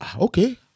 okay